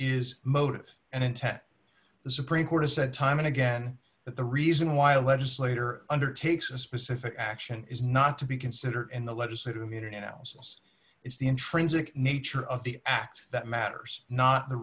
is motive and intent the supreme court has said time and again that the reason why a legislator undertakes a specific action is not to be considered in the legislative immunity now since it's the intrinsic nature of the act that matters not the